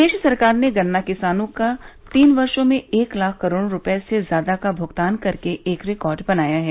प्रदेश सरकार ने गन्ना किसानों का तीन वर्षो में एक लाख करोड़ रुपये से ज्यादा का भुगतान करके एक रिकॉर्ड बनाया है